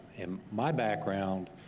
in my background,